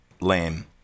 lame